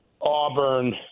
Auburn